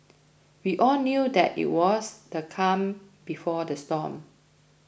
we all knew that it was the calm before the storm